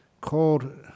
called